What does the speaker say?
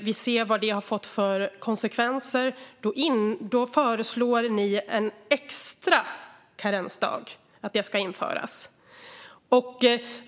Vi ser vad det har fått för konsekvenser, och i det läget föreslår Moderaterna att en extra karensdag ska införas.